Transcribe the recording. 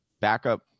backup